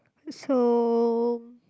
so